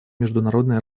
международной